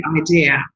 idea